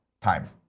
time